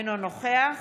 אינו נוכח